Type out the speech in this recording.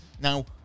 Now